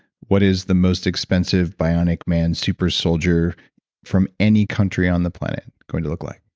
what is the most expensive bionic man, super soldier from any country on the planet going to look like?